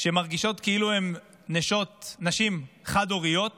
שמרגישות כאילו הן נשים חד-הוריות